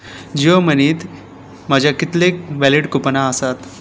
जीयो मनीत म्हजे कितले वॅलीड कुपनां आसात